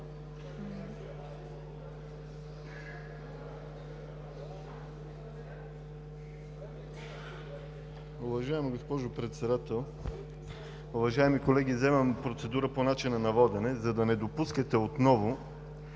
Уважаема госпожо Председател, уважаеми колеги! Вземам процедура по начина на водене, за да не допускате отново